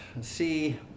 see